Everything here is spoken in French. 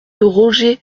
roger